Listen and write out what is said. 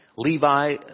Levi